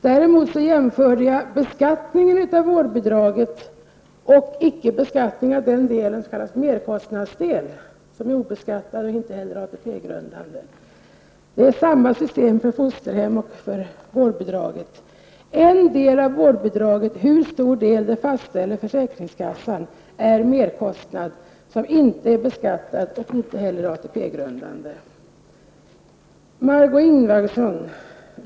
Däremot jämförde jag beskattningen av vårdbidraget och icke-beskattningen av den del som kallas merkostnadsdel, som inte är beskattad och inte heller ATP-grundande. Det är samma system för fosterhem och för vårdbidrag. En del av vårdbidraget -- hur stor del fastställer försäkringskassan -- är ersättning för merkostnad, som inte är beskattad och inte heller ATP Margó Ingvardsson!